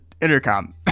intercom